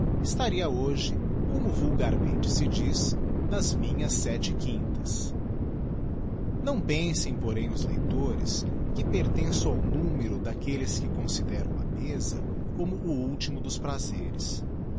estaria hoje como vulgarmente se diz nas minhas sete quintas não pensem porém os leitores que pertenço ao numero daquelles que consideram a mesa como o ultimo dos prazeres